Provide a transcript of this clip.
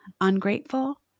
ungrateful